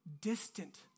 distant